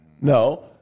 No